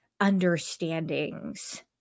understandings